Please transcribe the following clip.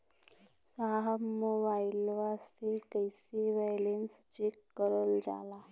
साहब मोबइलवा से कईसे बैलेंस चेक करल जाला?